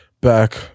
back